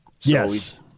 Yes